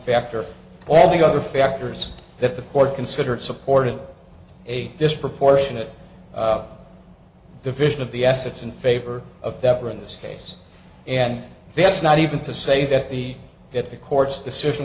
factor all the other factors that the court considered supported a disproportionate the vision of the assets in favor of that or in this case and that's not even to say that the that the court's decision